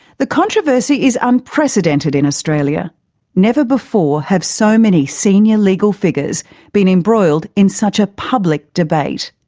the controversy is unprecedented in australia never before have so many senior legal figures been embroiled in such a public debate.